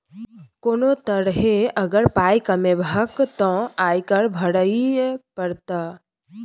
कोनो तरहे अगर पाय कमेबहक तँ आयकर भरइये पड़त